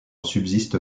subsiste